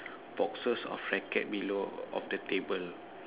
boxes of rackets below of the table